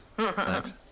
Thanks